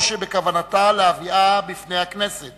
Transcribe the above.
או שבכוונתה להביאה לפני הכנסת